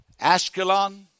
Ashkelon